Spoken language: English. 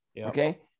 okay